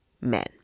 men